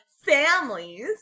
Families